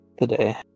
today